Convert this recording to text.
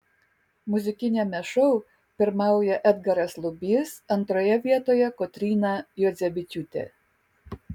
muzikiniame šou pirmauja edgaras lubys antroje vietoje kotryna juodzevičiūtė